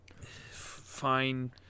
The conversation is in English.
fine